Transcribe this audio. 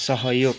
सहयोग